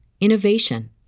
innovation